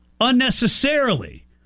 unnecessarily